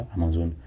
Amazon